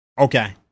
Okay